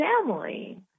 family